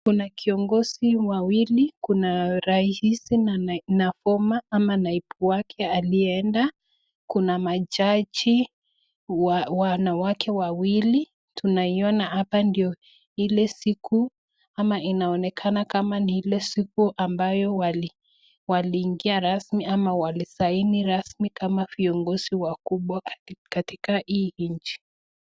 Kuna kiongozi wawili, kuna rais na former ama naibu wake aliyeenda, kuna majaji, wanawake wawili. Tunaiona hapa ndio ile siku ama inaonekana kama ni ile siku ambayo waliingia rasmi ama walisaini rasmi kama viongozi wakubwa katika hii inchi.